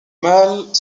mâles